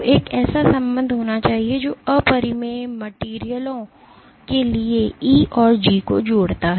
तो एक ऐसा संबंध होना चाहिए जो अपरिमेय मटेरियलयों के लिए E और G को जोड़ता है